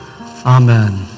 Amen